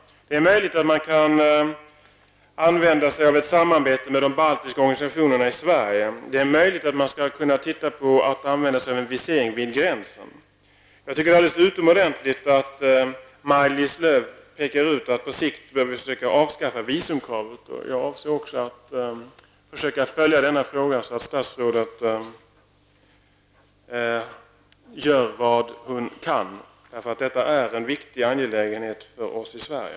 Det är möjligt att man kan använda sig av ett samarbete med de baltiska organisationerna i Sverige. Det är möjligt att man skulle kunna använda sig av en visering vid gränsen. Jag tycker att det är alldeles utomordentligt att Maj-Lis Lööw påpekar att man på sikt bör försöka avskaffa visumkravet. Jag avser att försöka följa denna fråga för att se att statsrådet gör vad hon kan. Detta är en viktig angelägenhet för oss i Sverige.